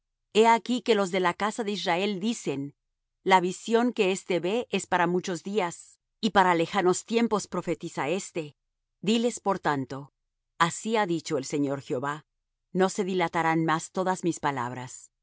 he aquí que los de la casa de israel dicen la visión que éste ve es para muchos días y para lejanos tiempos profetiza éste diles por tanto así ha dicho el señor jehová no se dilatarán más todas mis palabras